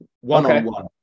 one-on-one